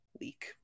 week